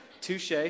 Touche